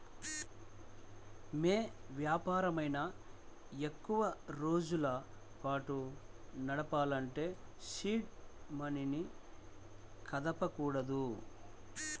యే వ్యాపారమైనా ఎక్కువరోజుల పాటు నడపాలంటే సీడ్ మనీని కదపకూడదు